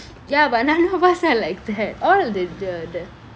ya but none of us are like that all the the the